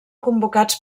convocats